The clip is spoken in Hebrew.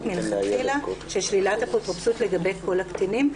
מלכתחילה של שלילת אפוטרופסות לגבי כל הקטינים,